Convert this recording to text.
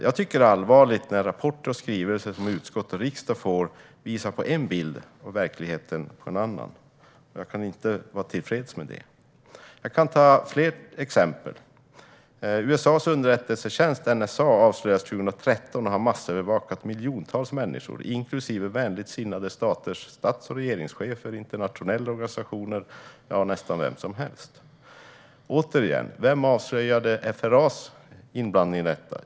Jag tycker att det är allvarligt när de rapporter och skrivelser som utskott och riksdag får visar en bild och verkligheten en annan. Jag kan inte vara tillfreds med det. Jag kan ta fler exempel. Det avslöjades 2013 att USA:s underrättelsetjänst NSA har massövervakat miljontals människor, inklusive vänligt sinnade staters stats och regeringschefer och internationella organisationer - nästan vem som helst. Återigen: Vem avslöjade FRA:s inblandning i detta?